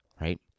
right